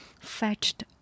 fetched